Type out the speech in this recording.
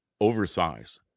Oversize